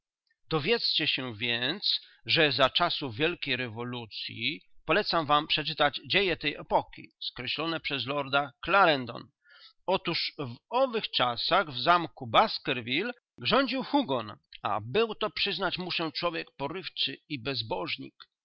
dowiedzcie się więc że za czasów wielkiej rewolucyi polecam wam przeczytać dzieje tej epoki skreślone przez lorda clarendon otóż w owych czasach w zamku baskerville rządził hugon a był to przyznać muszę człowiek porywczy